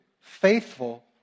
faithful